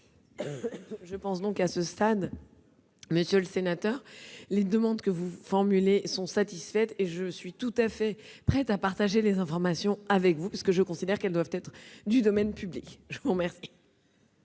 Je pense à ce stade, monsieur le sénateur, que les demandes que vous formulez sont satisfaites et je suis tout à fait prête à partager les informations avec vous, parce que je considère qu'elles doivent être du domaine public. Je sollicite